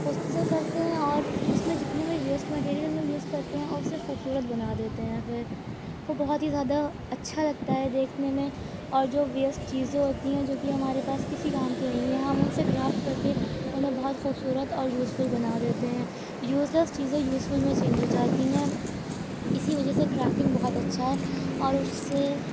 خود سے کرتے ہیں اور اس میں جتنے بھی ویسٹ مٹیریل میں ہم لوگ یوز کرتے ہیں اور اس سے خوبصورت بنا دیتے ہیں پھر وہ بہت ہی زیادہ اچھا لگتا ہے دیکھنے میں اور جو ویسٹ چیزیں ہوتی ہیں جو کہ ہمارے پاس کسی کام کے نہیں ہیں ہم ان سے کرافٹ کر کے انہیں بہت خوبصورت اور یوزفل بنا دیتے ہیں یوزلیس چیزیں یوزفل میں چینج ہو جاتی ہیں اسی وجہ سے کرافٹنگ بہت اچھا ہے اور اس سے